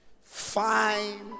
Fine